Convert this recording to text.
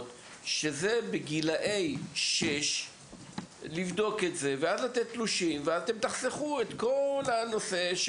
ואז לעשות את זה לגילאי 6. תחסכו את כל העניין של